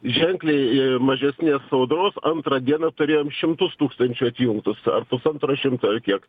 ženkliai mažesnės audros antrą dieną turėjom šimtus tūkstančių atjungtus ar pusantro šimto ar kiek